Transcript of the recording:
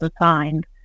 assigned